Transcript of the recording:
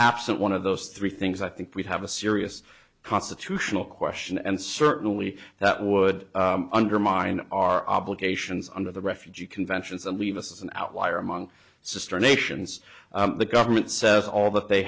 absent one of those three things i think we'd have a serious constitutional question and certainly that would undermine our obligations under the refugee conventions and leave us as an outlier among sister nations the government says all that they